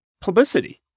publicity